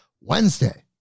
Wednesday